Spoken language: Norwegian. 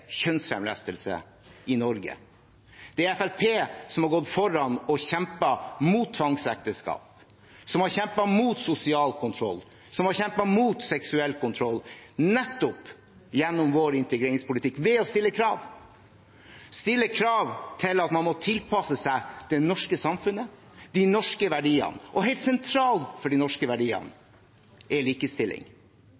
kjønnslemlestelse i Norge. Det er Fremskrittspartiet som har gått foran og kjempet mot tvangsekteskap, som har kjempet mot sosial kontroll, som har kjempet mot seksuell kontroll, nettopp gjennom vår integreringspolitikk, ved å stille krav om at man må tilpasse seg det norske samfunnet og de norske verdiene. Og helt sentralt for de norske verdiene